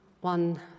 one